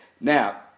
Now